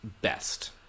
best